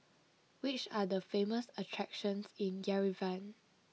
which are the famous attractions in Yerevan